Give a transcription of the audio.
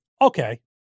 Okay